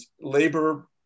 labor